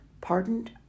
pardoned